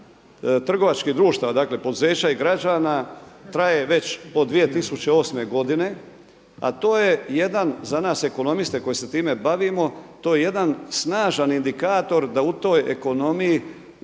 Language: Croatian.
trgovačkih društava, dakle poduzeća i građana traje već od 2008. godine, a to je jedan za nas ekonomiste koji se time bavimo to je jedan snažan indikator da u toj ekonomiji